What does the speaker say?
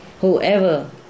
whoever